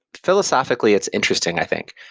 philosophically it's interesting i think.